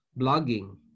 blogging